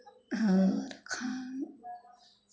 और खान